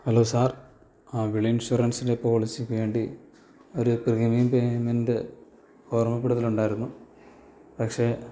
hello sir വിള ഇൻഷുറൻസിൻ്റെ പോളിസിയ്ക്ക് വേണ്ടി ഒരു പ്രീമിയം പെയ്മെൻ്റ് ഓർമ്മപ്പെടുത്തലുണ്ടായിരുന്നു പക്ഷെ